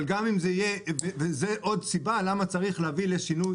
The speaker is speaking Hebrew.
אבל זאת עוד סיבה שבגללה צריך להביא לשינוי